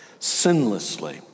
sinlessly